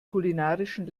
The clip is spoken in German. kulinarischen